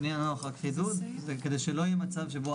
המחירון של סיעודי מורכב הוא הרבה יותר גבוה מהמחיר שמשולם בפועל.